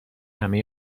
همه